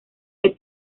que